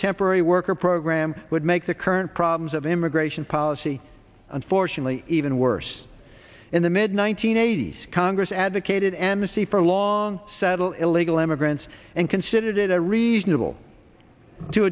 temporary worker program would make the current problems of immigration policy unfortunately even worse in the mid one nine hundred eighty s congress advocated amnesty for long settle illegal immigrants and considered it a reasonable to